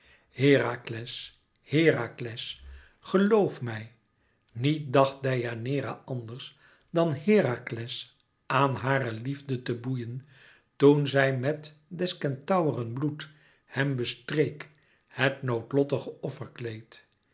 herakles herakles geloof mij nièt dacht deianeira ànders dan herakles aan hare liefde te boeien toen zij met des kentauren bloed hem bestreek het noodlottige